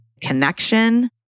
connection